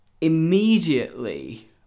immediately